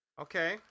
Okay